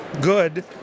good